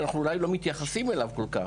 שאנחנו אולי לא מתייחסים אליו כל כך,